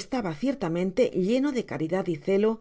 estaba ciertamente lleno de caridad y celo